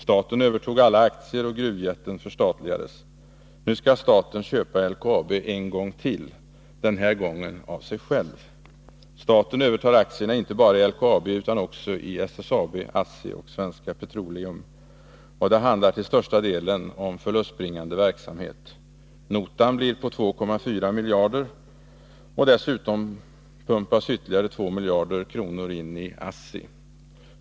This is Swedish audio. Staten övertog alla aktier och gruvjätten förstatligades. Nu skall staten köpa LKAB en gång till — den här gången av sig själv! Staten övertar aktierna inte bara i LKAB utan också i SSAB, ASSI och Svenska Petroleum, och det handlar till största delen om förlustbringande verksamhet. Notan blir på 2,4 miljarder kronor. Dessutom pumpas ytterligare 2 miljarder kronor in i ASSI.